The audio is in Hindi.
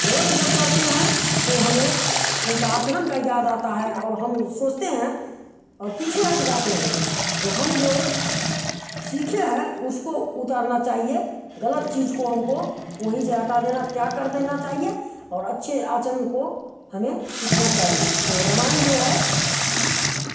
गलत जब करते हैं तो हमें उनका आचरण का याद आता है और हम सोचते हैं और पीछे हट जाते हैं जो हम जो सीखे हैं उसको उतारना चाहिए गलत चीज़ को हमको वहीं से हटा देना त्याग कर देना चाहिए और अच्छे आचरण को हमें सीखना चाहिए तो रामायण जो है